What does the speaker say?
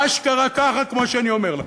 אשכרה ככה, כמו שאני אומר לכם.